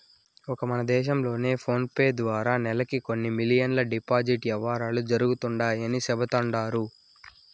ఒక్క మన దేశం లోనే ఫోనేపే ద్వారా నెలకి కొన్ని మిలియన్ డిజిటల్ యవ్వారాలు జరుగుతండాయని సెబుతండారు